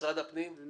משרד הפנים, בבקשה.